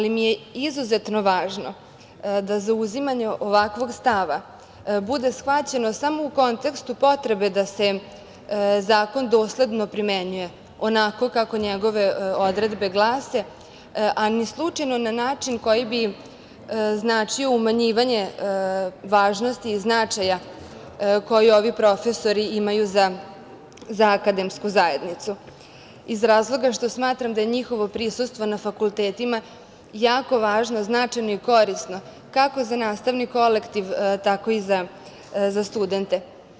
Izuzetno mi je važno da zauzimanju ovakvog stava bude shvaćeno samo u kontekstu potrebe da se zakon dosledno primenjuje onako kako njegove odredbe glase, a ni slučajno na način na koji bi značio umanjivanje važnosti i značaja koji ovi profesori imaju za akademsku zajednicu, iz razloga što smatram da je njihovo prisustvo na fakultetima jako važno, značajno i korisno, kako za nastavni kolektiv, tako i za studente.